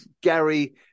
Gary